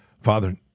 Father